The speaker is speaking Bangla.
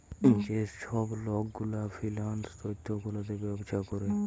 যে ছব লক গুলা ফিল্যাল্স তথ্য গুলাতে ব্যবছা ক্যরে